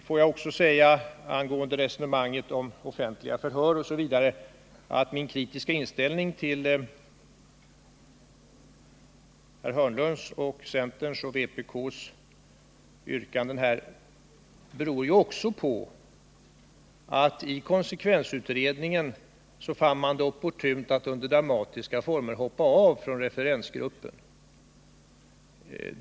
Den andra punkten är resonemangen om offentliga förhör m.m. Min kritiska inställning till herr Hörnlunds, centerns och vpk:s yrkanden beror också på att man i konsekvensutredningen fann det opportunt att i dramatiska former hoppa av från referensgruppen.